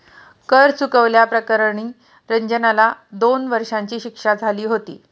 कर चुकवल्या प्रकरणी रंजनला दोन वर्षांची शिक्षा झाली होती